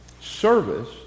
service